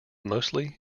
mostly